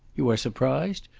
you are surprised?